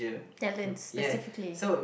talents specifically